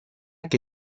che